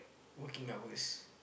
working hours